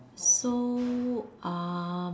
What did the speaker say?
so uh